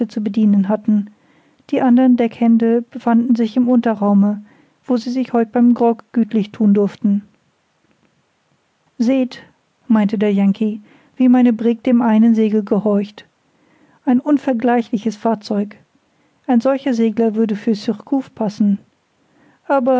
zu bedienen hatten die anderen deckhände befanden sich im unterraume wo sie sich heut beim grog gütlich thun durften seht meinte der yankee wie meine brigg dem einen segel gehorcht ein unvergleichliches fahrzeug ein solcher segler würde für surcouf passen